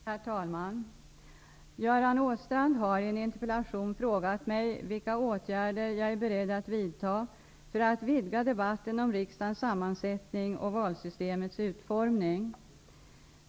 Herr talman! Göran Åstrand har i en interpellation frågat mig vilka åtgärder jag är beredd att vidta för att vidga debatten om riksdagens sammansättning och valsystemets utformning.